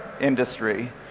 industry